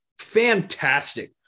Fantastic